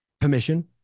permission